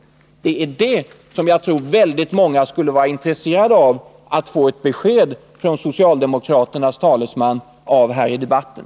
Jag tror att många skulle vara intresserade av att få ett besked på den punkten från socialdemokraternas talesman i debatten.